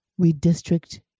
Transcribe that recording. redistrict